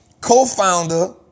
Co-founder